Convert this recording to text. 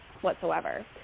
whatsoever